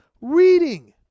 reading